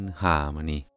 harmony